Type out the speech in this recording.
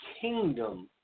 kingdom